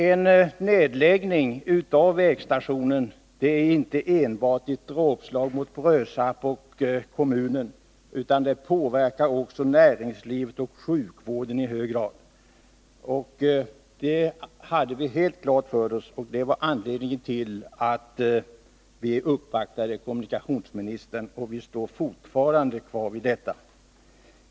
En nedläggning av vägstationen är inte enbart ett dråpslag mot Brösarps samhälle och kommun, utan påverkar också i hög grad näringslivet och sjukvården. Det hade vi helt klart för oss, och det var anledningen till att vi uppvaktade kommunikationsministern. Vi står fortfarande kvar vid denna uppfattning.